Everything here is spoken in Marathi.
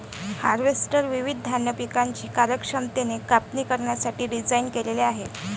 हार्वेस्टर विविध धान्य पिकांची कार्यक्षमतेने कापणी करण्यासाठी डिझाइन केलेले आहे